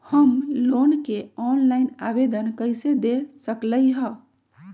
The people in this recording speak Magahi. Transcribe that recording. हम लोन के ऑनलाइन आवेदन कईसे दे सकलई ह?